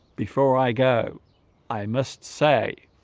before i go i must say.